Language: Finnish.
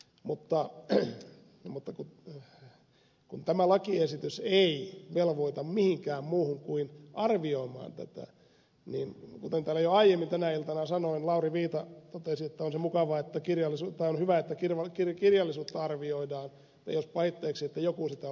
mutta kun tämä lakiesitys ei velvoita mihinkään muuhun kuin arvioimaan tätä niin kuten täällä jo aiemmin tänä ilta sanoin lauri viita totesi että on se hyvä että kirjallisuutta arvioidaan mutta ei olisi pahitteeksi että joku sitä lukisikin